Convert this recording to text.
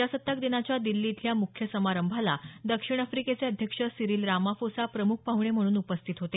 प्रजासत्ताक दिनाच्या दिल्ली इथल्या मुख्य समारंभाला दक्षिण आफ्रिकेचे अध्यक्ष सिरिल रामा ोसा प्रमुख पाहणे म्हणून उपस्थित होते